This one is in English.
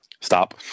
Stop